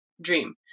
dream